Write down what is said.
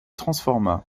transforma